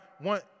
want